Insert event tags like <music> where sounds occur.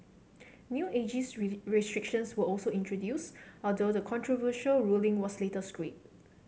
new ageist <unintelligible> restrictions were also introduced although the controversial ruling was later scrapped